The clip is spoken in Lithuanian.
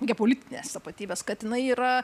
geopolitinės tapatybės kad jinai yra